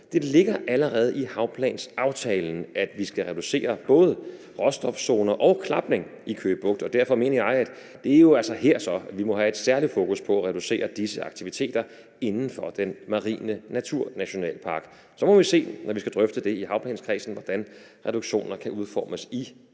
Det ligger allerede i havplansaftalen, at vi skal reducere både råstofszonerne og klapningen i Køge Bugt, og derfor mener jeg jo altså også, at det er her, vi må have et særligt fokus på at reducere disse aktiviteter inden for den marine naturnationalpark. Så må vi jo, når vi skal drøfte det i havplanskredsen, se på, hvordan reduktionerne kan udformes i praksis.